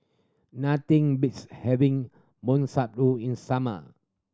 nothing beats having in summer